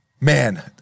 man